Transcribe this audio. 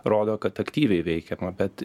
rodo kad aktyviai veikiama bet